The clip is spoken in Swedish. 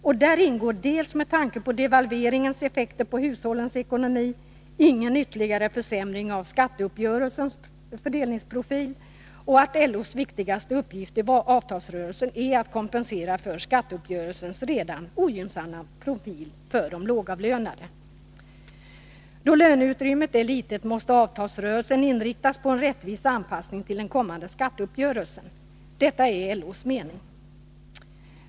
I det kravet ingår, med tanke på devalveringens effekter på hushållens ekonomi, ingen ytterligare försämring av skatteuppgörelsens fördelningsprofil. Vidare måste LO:s viktigaste uppgift i avtalsrörelsen vara att kompensera för skatteuppgörelsens redan ogynnsamma profil för de lågavlönade. Då löneutrymmet är litet måste avtalsrörelsen inriktas på en rättvis anpassning till den kommande skatteuppgörelsen. Detta är LO:s mening.